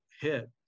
hit